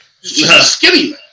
Skinny